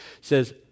says